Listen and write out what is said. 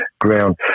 ground